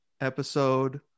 episode